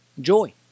Joy